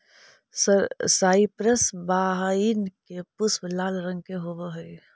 cypress vine के पुष्प लाल रंग के होवअ हई